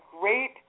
great